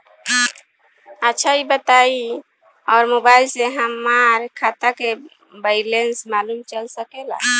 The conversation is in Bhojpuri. अच्छा ई बताईं और मोबाइल से हमार खाता के बइलेंस मालूम चल सकेला?